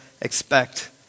expect